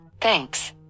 Thanks